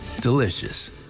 delicious